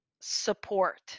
support